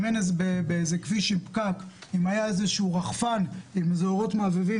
אם היה בכביש פקוק איזשהו רחפן עם אורות מהבהבים